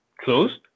closed